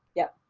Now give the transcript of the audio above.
yeah.